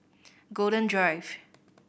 Golden Drive